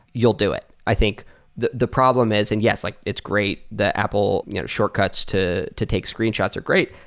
you'll do it. i think the the problem is and yes, like it's great. the apple you know shortcuts to to take screenshots are great.